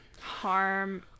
harm